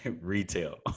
Retail